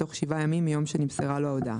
בתוך 7 ימים מיום שנמסרה לו ההודעה.